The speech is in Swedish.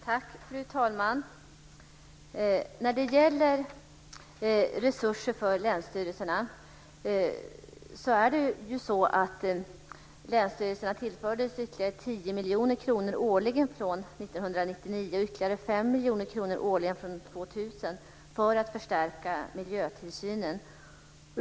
Fru talman! När det gäller resurser för länsstyrelserna tillfördes länsstyrelserna ytterligare 10 miljoner kronor årligen från 1999 och ytterligare 5 miljoner kronor årligen från 2000 för att förstärka miljötillsynen.